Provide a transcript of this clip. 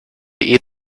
eat